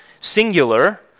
singular